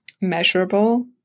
measurable